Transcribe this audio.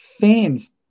fans